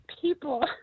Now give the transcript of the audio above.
people